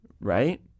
Right